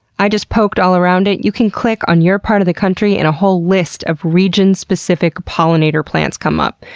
i just poked all around it. you can click on your part of the country and a whole list of region-specific pollinator plants come up.